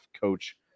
coach